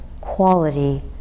quality